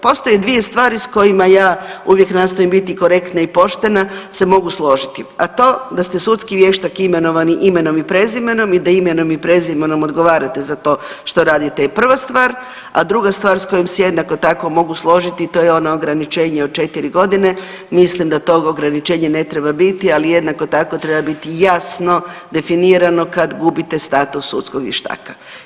Postoje dvije stvari s kojima ja uvijek nastojim biti korektna i poštena, se mogu složiti, a to da ste sudski vještak imenovani imenom i prezimenom i da imenom i prezimenom odgovarate za to što radite je prva stvar, a druga stvar s kojom se jednako tako mogu složiti, to je ono ograničenje od 4 godine, mislim da tog ograničenja ne treba biti, ali jednako tako, treba biti jasno definirano kad gubite status sudskog vještaka.